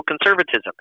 conservatism